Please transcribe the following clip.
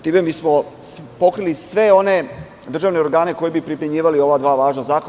Time bismo pokrili sve one državne organe koji bi primenjivali ova dva važna zakona.